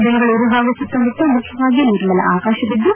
ಬೆಂಗಳೂರು ಹಾಗೂ ಸುತ್ತಮುತ್ತ ಮುಖ್ಯವಾಗಿ ನಿರ್ಮಲ ಆಕಾಶವಿದ್ದು